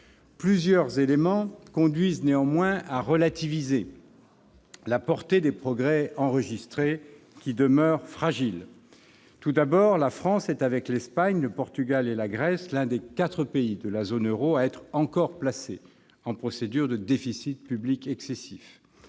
Plusieurs éléments conduisent néanmoins à relativiser la portée des progrès enregistrés, qui demeurent fragiles. Oui, pour le moins ! Tout d'abord, la France est, avec l'Espagne, le Portugal et la Grèce, l'un des quatre pays de la zone euro à être encore placés en procédure de déficit public excessif.